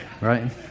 Right